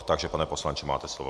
Takže pane poslanče, máte slovo.